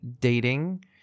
dating